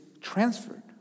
transferred